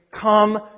come